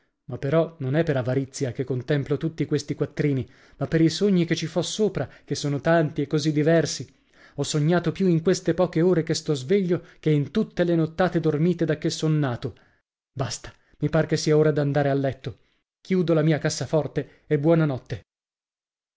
ma però non è per avarizia che contemplo tutti questi quattrini ma per i sogni che ci fo sopra che sono tanti e così diversi ho sognato più in queste poche ore che sto sveglio che in tutte le nottate dormite da che son nato basta mi par che sia ora d'andare a letto chiudo la mia cassaforte e buonanotte